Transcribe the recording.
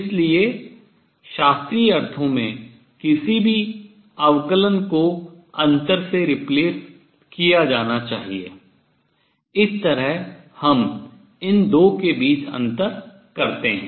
इसलिए शास्त्रीय अर्थों में किसी भी अवकलन को अंतर से replace प्रतिस्थापित किया जाना चाहिए इस तरह हम इन दो के बीच अंतर करते हैं